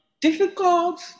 difficult